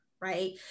right